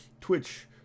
Twitch